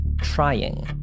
trying